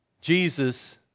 Jesus